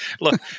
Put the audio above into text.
Look